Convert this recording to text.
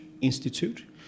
Institute